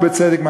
ובצדק,